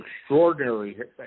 extraordinary